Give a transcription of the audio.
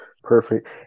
Perfect